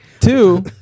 Two